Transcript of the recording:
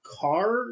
car